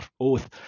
oath